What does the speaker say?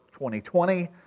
2020